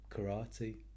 karate